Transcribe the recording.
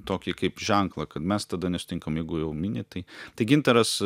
tokį kaip ženklą kad mes tada nesutinkam jeigu jau mini tai tai gintaras